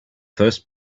first